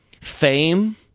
Fame